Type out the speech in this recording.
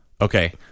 Okay